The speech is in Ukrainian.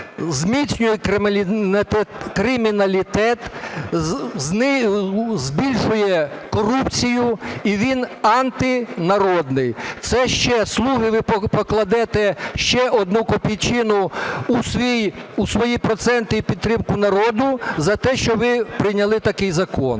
зміцнює криміналітет, збільшує корупцію, і він антинародний. Це ще, "слуги", ви покладете ще одну копійчину у свої проценти і підтримку народу за те, що ви прийняли такий закон.